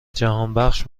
جهانبخش